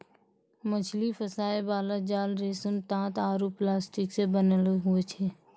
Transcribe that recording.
मछली फसाय बाला जाल रेशम, तात आरु प्लास्टिक से बनैलो हुवै छै